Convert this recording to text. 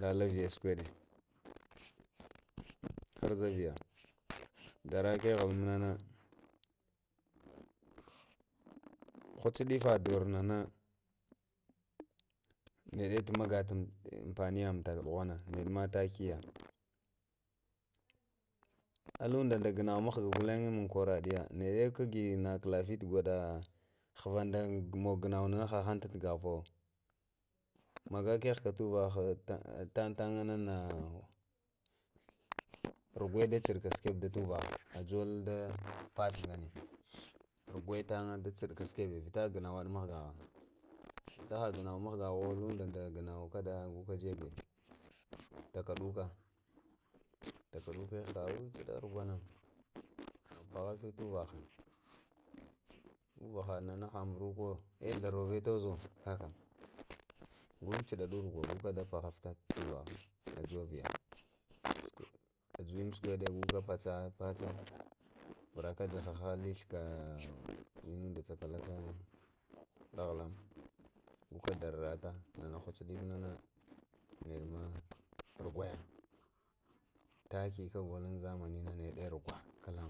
lələ vəyə sukeɗa haryə vəyə dərə keghel munənə, hueəɗe fə doronə munənə nənə məgətal əmfəniyə uŋtəkle ɗughə na neɗə ma təhəyə aluŋ də də ganawa mughga nə manənə ghuləge maŋ kworənəɗə yəmənənə, nəɗe kəghe nə kələfiti ghvə də ghanəwa nə həhən to ghəvəwə məgə kezeka tuvəhə tətən nŋnə narogwo də cuduka sukube də tuval hə gul də pəeə, rogwə təmggghə vitə gənavaɗea mughgəngə vita gəndwə mughgəghzuwə undəɗə yənəwə kədə gweŋabe təkəɗukə, təkəɗukə cudi rogheə nə puhəkə muvahəi uvəhoɗənə haɓuvokwa ace tharova tozo kaka guluŋ caɗaɗuta rogwo goka də puzuzuntə kəghuwə viyə kəghuwəl immi sukaɗa gokə da pəcəpəcə grərəkə gəhəhətə lee thighkə inunda cəkələkə kədə ghəlunŋ gukə dərərətə nənə hat səɗlənnə nə rogwə təki gəgəlin zamani ne ɗənə rogwa.